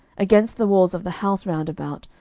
against the walls of the house round about,